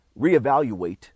reevaluate